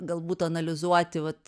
galbūt analizuoti vat